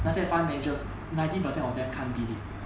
那些 fund managers ninety percent of them can't bid it